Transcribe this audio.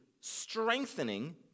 strengthening